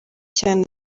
cyane